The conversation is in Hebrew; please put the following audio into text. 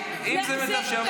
אם זה מתאפשר,